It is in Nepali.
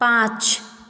पाँच